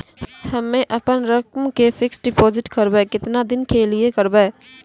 हम्मे अपन रकम के फिक्स्ड डिपोजिट करबऽ केतना दिन के लिए करबऽ?